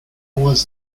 was